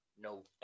no